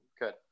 good